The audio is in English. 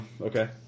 Okay